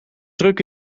druk